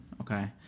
okay